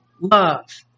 love